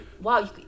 Wow